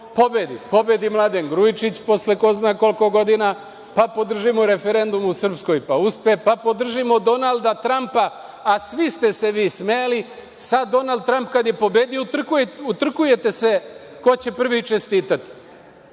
pobedi, pobedi Mladen Grujičić posle ko zna koliko godina, pa podržimo referendum u srpskoj, pa uspe, pa podržimo Donalda Trampa, a svi ste se vi smejali. Sada kada je Donald Tramp pobedio utrkujete se ko će prvi čestitati.